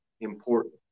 important